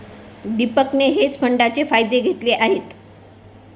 दीपकने हेज फंडाचे फायदे घेतले आहेत